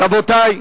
רבותי,